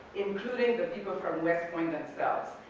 including the people from west point themselves,